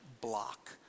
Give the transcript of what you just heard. block